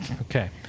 Okay